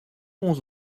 onze